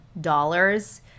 dollars